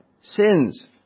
sins